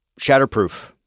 Shatterproof